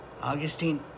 augustine